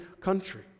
country